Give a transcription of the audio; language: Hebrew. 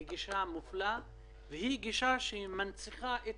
היא גישה מפלה והיא גישה שמנציחה את